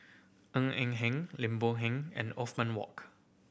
Ng Eng Hen Lim Boon Heng and Othman Wok